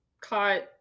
caught